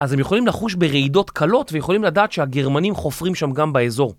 אז הם יכולים לחוש ברעידות קלות ויכולים לדעת שהגרמנים חופרים שם גם באזור.